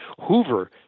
Hoover